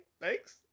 thanks